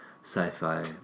sci-fi